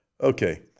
Okay